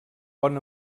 bon